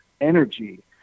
energy